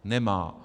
Nemá.